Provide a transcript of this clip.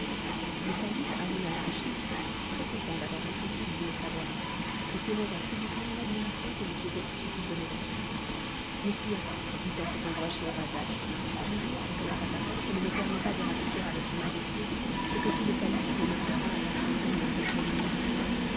le calife haroun alraschid fut très-content d'avoir appris ce qu'il voulait savoir et témoigna publiquement l'admiration que lui causait tout ce qu'il venait d'entendre mais sire dit en cet endroit scheherazade le jour qui commence à paraître ne me permet pas de raconter à votre majesté ce que fit le calife pour mettre fin à l'enchantement des deux chiennes noires